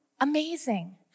amazing